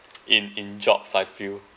in in jobs I feel